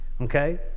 Okay